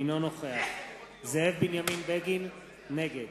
אינו נוכח זאב בנימין בגין, נגד